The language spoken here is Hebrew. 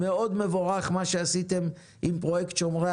מאוד מבורך משעשיתם אם פרויקט שומרי